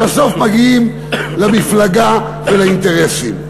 ובסוף מגיעים למפלגה ולאינטרסים.